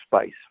space